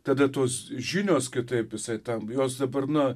tada tos žinios kitaip visai ten jos dabar na